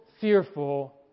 fearful